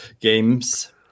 games